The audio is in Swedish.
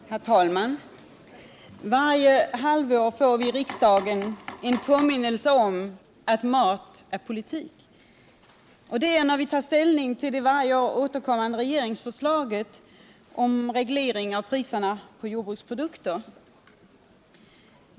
Herr talman! Varje halvår får vi i riksdagen en påminnelse om att mat är politik. Det är när vi tar ställning till det varje halvår återkommande regeringsförslaget om reglering av priserna på jordbruksprodukter.